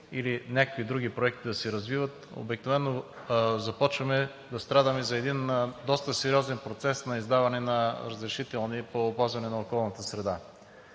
или някакви други проекти да се развиват, обикновено започваме да страдаме за един доста сериозен процес на издаване на разрешителни по опазване на околната среда.